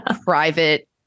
private